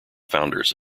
founders